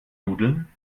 nudeln